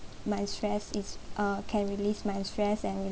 my stress is uh can release my stress and